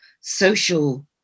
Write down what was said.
social